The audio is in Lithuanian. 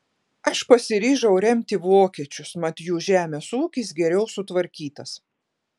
aš pasiryžau remti vokiečius mat jų žemės ūkis geriau sutvarkytas